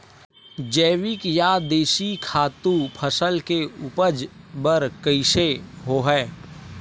जैविक या देशी खातु फसल के उपज बर कइसे होहय?